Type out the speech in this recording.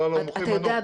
כלל המוחים --- אתה יודע,